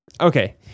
Okay